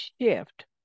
shift